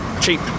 cheap